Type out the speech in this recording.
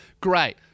Great